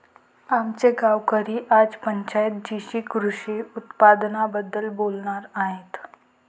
आमचे गावकरी आज पंचायत जीशी कृषी उपकरणांबद्दल बोलणार आहेत